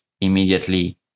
immediately